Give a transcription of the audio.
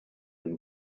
and